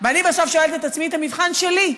ואני בסוף שואלת את עצמי, כמבחן שלי: